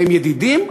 והם ידידים,